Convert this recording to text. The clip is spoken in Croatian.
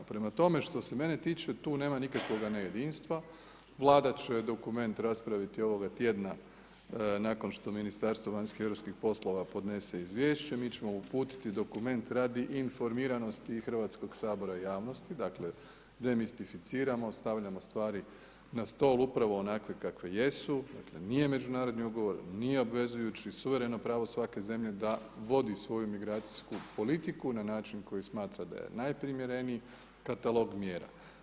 Prema tome, što se mene tiče, tu nema nikakvoga nejedinstva, vlada će dokument raspraviti ovoga tjedna, nakon što Ministarstvo vanjskih i europskih poslova, podnese izvješće, mi ćemo uputiti dokument radi informiranosti Hrvatskog sabora i javnosti, dakle, demistificiramo stavljamo stvari na stol, upravo onakve kakve jesu, dakle, nije međunarodni ugovor, nije obvezujući, suvremeno pravo svake zemlje da vodi svoju migracijsku politiku, na način koji smatra da je n najprimjerniji, katalog mjera.